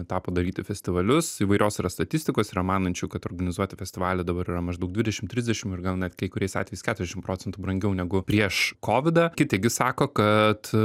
tą padaryti festivalius įvairios yra statistikos yra manančių kad organizuoti festivalį dabar yra maždaug dvidešim trisdešim ir gal net kai kuriais atvejais keturiasdešim procentų brangiau negu prieš kovidą kiti gi sako kad